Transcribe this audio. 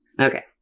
Okay